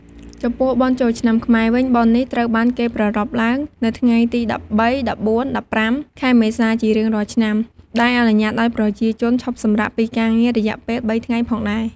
ចំពោះបុណ្យចូលឆ្នាំខ្មែរវិញ បុណ្យនេះត្រូវបានគេប្រារព្ធឡើងនៅថ្ងៃទី ១៣,១៤,១៥ខែមេសាជារៀងរាល់ឆ្នាំដែលអនុញ្ញាតឪ្យប្រជាជនឈប់សម្រាកពីការងាររយៈពេល៣ថ្ងៃផងដែរ ។